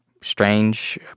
strange